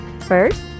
First